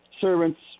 Servants